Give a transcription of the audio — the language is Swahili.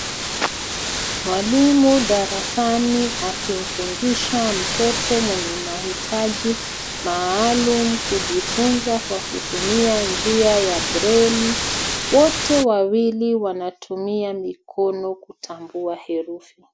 Mwalimu darasani akimfundisha mtoto mwenye mahitaji maalum kujifunza kwa kutumia njia ya breli ,wote wawili wanatumia mikono kutambua herufi.